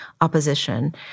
opposition